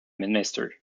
minister